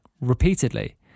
repeatedly